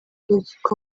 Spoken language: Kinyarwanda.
urukiko